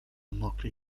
mokrej